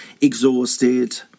exhausted